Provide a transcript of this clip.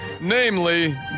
namely